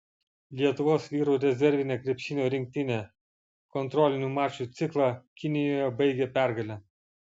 lietuvos vyrų rezervinė krepšinio rinktinė kontrolinių mačų ciklą kinijoje baigė pergale